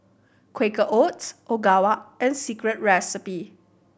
Quaker Oats Ogawa and Secret Recipe